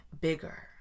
bigger